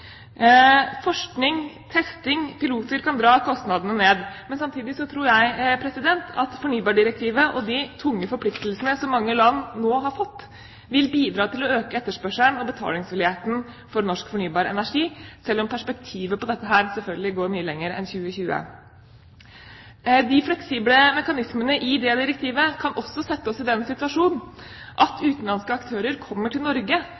Forskning, testing og piloter kan dra kostnadene ned. Men samtidig tror jeg at fornybardirektivet og de tunge forpliktelsene som mange land nå har fått, vil bidra til å øke etterspørselen og betalingsviljen for norsk fornybar energi, selv om perspektivet på dette selvfølgelig går mye lenger enn 2020. De fleksible mekanismene i det direktivet kan også sette oss i den situasjon at utenlandske aktører kommer til Norge